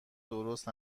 درست